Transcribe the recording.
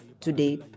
today